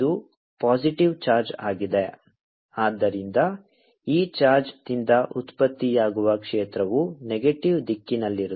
qr2 z ಆದ್ದರಿಂದ ಈ ಚಾರ್ಜ್ದಿಂದ ಉತ್ಪತ್ತಿಯಾಗುವ ಕ್ಷೇತ್ರವು ನೆಗೆಟಿವ್ ದಿಕ್ಕಿನಲ್ಲಿರುತ್ತದೆ